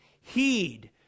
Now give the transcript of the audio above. heed